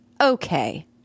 okay